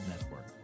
Network